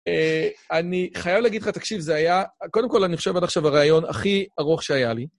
אני חייב להגיד לך, תקשיב, זה היה, קודם כל אני חושב עד עכשיו הרעיון הכי ארוך שהיה לי.